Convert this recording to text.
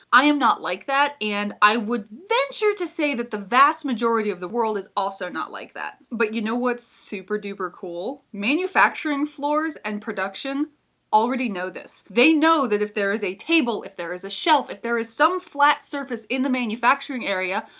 i am not like that and i would venture to say that the vast majority of the world is also not like that but you know what's super duper cool? manufacturing floors and production already know this. they know that if there is a table, if there is a shelf, if there is some flat surface in the manufacturing area,